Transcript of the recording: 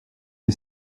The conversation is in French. que